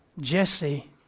Jesse